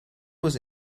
was